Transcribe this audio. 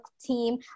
team